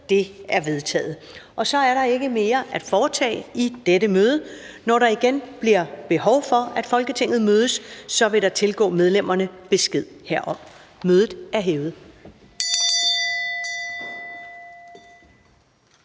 (Karen Ellemann): Der er ikke mere at foretage i dette møde. Når der igen bliver behov for, at Folketinget mødes, vil der tilgå medlemmerne besked herom. Mødet er hævet.